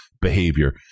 behavior